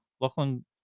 Lachlan